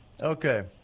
Okay